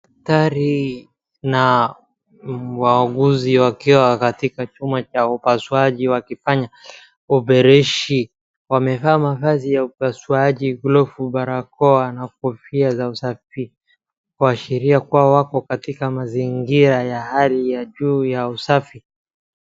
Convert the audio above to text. Daktari na wauguzi wakiwa katika chumba cha upasuaji wakifanya operation wamevaa mavazi ya upasuaji glovu barakoa na kofia za usafi kuashiria kuwa wako katika mazingira ya hali ya juu ya usafi.